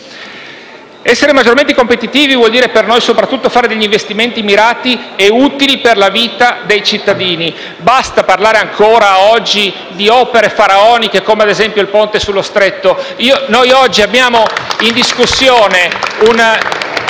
Essere maggiormente competitivi vuol dire per noi, soprattutto, fare investimenti mirati e utili per la vita dei cittadini. Basta parlare ancora oggi di opere faraoniche come, ad esempio, il Ponte sullo Stretto *(Applausi dal Gruppo M5S).* Abbiamo in discussione un